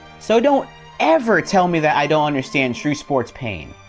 so, don't ever tell me that i don't understand true sports pain.